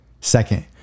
Second